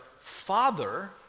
father